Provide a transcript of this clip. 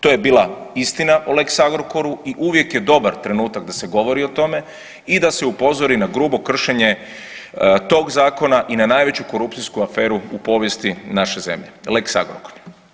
To je bila istina o lex Agrokoru i uvijek je dobar trenutak da se govori o tome i da se upozori na grubo kršenje tog zakona i na najveću korupcijsku aferu u povijesti naše zemlje lex Agrokor.